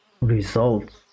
results